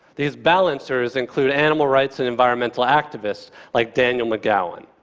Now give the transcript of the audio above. these balancers include animal rights and environmental activists like daniel mcgowan.